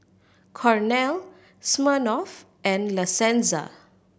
Cornell Smirnoff and La Senza